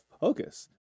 Focus